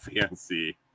fancy